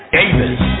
Davis